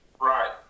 Right